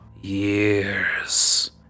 years